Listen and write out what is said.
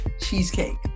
cheesecake